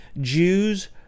Jews